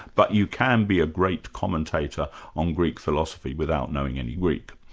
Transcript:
but you can be a great commentator on greek philosophy without knowing any greek.